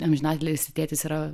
amžinatilsį tėtis yra